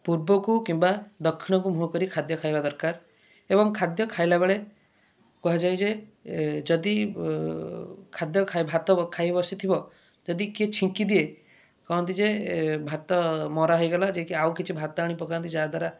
ପୂର୍ବକୁ କିମ୍ବା ଦକ୍ଷିଣକୁ ମୁହଁ କରିକି ଖାଦ୍ୟ ଖାଇବା ଦରକାର ଏବଂ ଖାଦ୍ୟ ଖାଇଲାବେଳେ କୁହାଯାଏ ଯେ ଯଦି ଖାଦ୍ୟ ଖାଇ ଭାତ ଖାଇ ବସିଥିବ ଯଦି କିଏ ଛିଙ୍କିଦିଏ କହନ୍ତି ଯେ ଭାତ ମରା ହେଇଗଲା ଯିଏ କି ଆଉ କିଛି ଭାତ ଆଣି ପକାନ୍ତି ଯାହାଦ୍ଵାରା